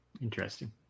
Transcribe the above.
Interesting